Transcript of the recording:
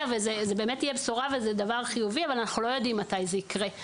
וזאת באמת תהיה בשורה וזה דבר חיובי אבל אנחנו לא יודעים מתי זה יקרה.